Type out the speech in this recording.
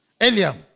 Eliam